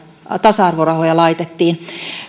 tasa arvorahoja laitettiin